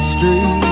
Street